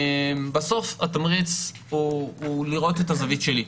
בסוף התמריץ הוא לראות את הזווית שלי,